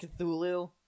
Cthulhu